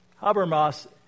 Habermas